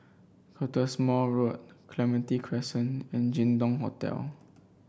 Cottesmore Road Clementi Crescent and Jin Dong Hotel